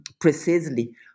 precisely